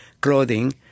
clothing